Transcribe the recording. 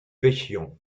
pêchions